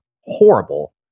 horrible